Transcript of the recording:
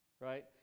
right